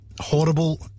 Horrible